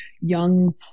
young